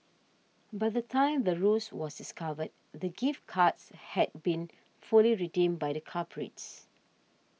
by the time the ruse was discovered the gift cards had been fully redeemed by the culprits